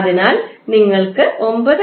അതിനാൽ നിങ്ങൾക്ക് 9